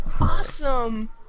Awesome